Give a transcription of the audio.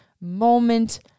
moment